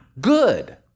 good